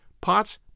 pots